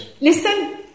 listen